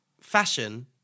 fashion